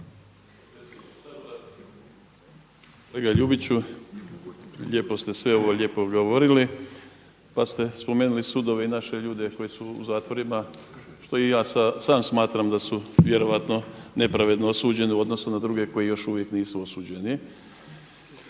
lijepo ste sve ovo govorili pa ste spomenuli sudove i naše ljude koji su u zatvorima što i ja sam smatram da su vjerojatno nepravedno osuđeni u odnosu na druge koji još uvijek nisu osuđeni.